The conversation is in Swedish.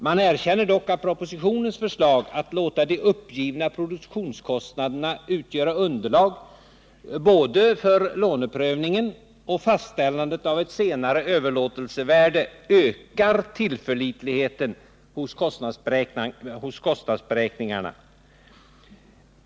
Man erkänner dock att propositionens förslag att låta de uppgivna produktionskostnaderna utgöra underlag för både låneprövningen och fastställandet av ett senare överlåtelsevärde ökar tillförlitligheten hos kostnadsberäkningarna.